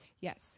Yes